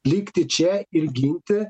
likti čia ir ginti